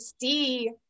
see